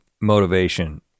motivation